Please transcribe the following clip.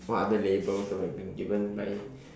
what other labels have I been given by